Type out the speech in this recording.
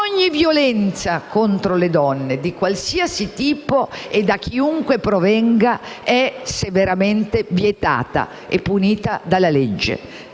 ogni violenza contro le donne, di qualsiasi tipo e da chiunque provenga, è severamente vietata e punita dalla legge.